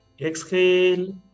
Exhale